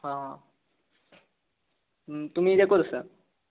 অঁ তুমি এতিয়া ক'ত আছা